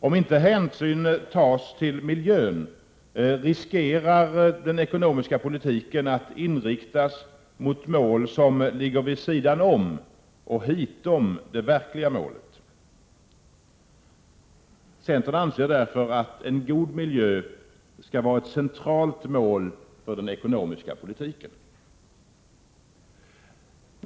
Om hänsyn inte tas till miljön riskerar den ekonomiska politiken att inriktas mot mål som ligger vid sidan om och hitom det verkliga målet. Centern anser därför att en god miljö skall vara ett centralt mål för den ekonomiska politiken.